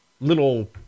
little